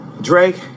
Drake